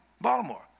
Baltimore